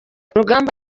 rugamba